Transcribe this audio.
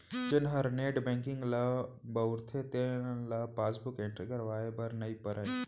जेन हर net banking ल बउरथे तेन ल पासबुक एंटरी करवाए बर नइ परय